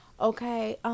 okay